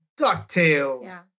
DuckTales